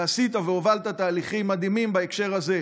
ועשית והובלת תהליכים מדהימים בהקשר הזה,